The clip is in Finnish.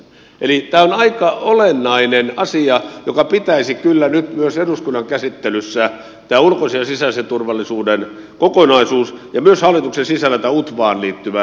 eli tämä on aika olennainen asia ja tämä ulkoisen ja sisäisen turvallisuuden kokonaisuus ja tähän utvaan liittyvä huomio pitäisi kyllä nyt myös eduskunnan käsittelyssä ja ulkoisen sisäisen turvallisuuden kokonaisuus ja myös hallituksen sisällä arvioida